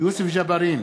יוסף ג'בארין,